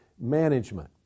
management